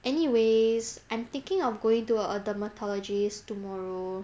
anyways I'm thinking of going to a dermatologist tomorrow